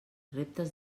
reptes